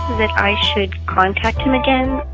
that i should contact him again.